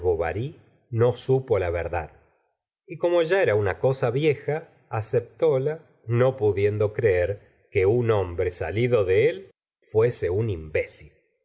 boyar la verdad y como era ya una cosa vieja aceptóla no pudiendo creer que un hombre salido de él fuese un imbécil